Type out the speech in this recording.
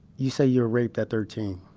you say you were raped at thirteen.